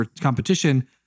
competition